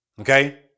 Okay